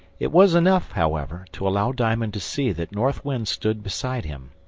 it was enough, however, to allow diamond to see that north wind stood beside him.